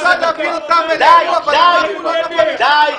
די.